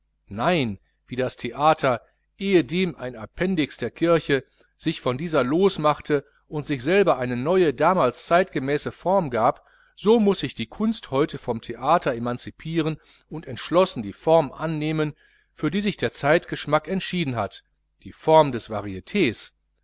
nein wie das theater ehedem ein appendix der kirche sich von dieser losmachte und sich selber eine neue damals zeitgemäße form gab so muß sich die kunst heute vom theater emanzipieren und entschlossen die form annehmen für die sich der zeitgeschmack entschieden hat die form des